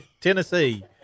Tennessee